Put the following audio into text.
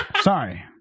Sorry